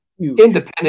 independent